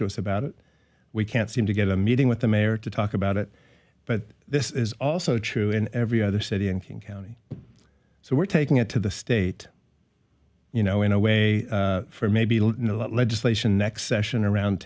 to us about it we can't seem to get a meeting with the mayor to talk about it but this is also true in every other city in king county so we're taking it to the state you know in a way for maybe in a lot legislation next session around